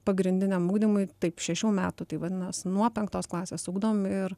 pagrindiniam ugdymui taip šešių metų tai vadinas nuo penktos klasės ugdom ir